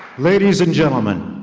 ladies and gentleman,